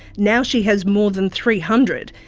now she has more than three hundred.